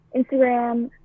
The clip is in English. Instagram